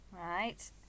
Right